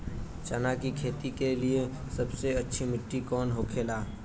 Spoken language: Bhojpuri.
चना की खेती के लिए सबसे अच्छी मिट्टी कौन होखे ला?